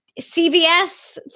CVS